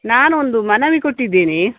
ನಾನು ಒಂದು ಮನವಿ ಕೊಟ್ಟಿದ್ದೇನೆ